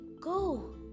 go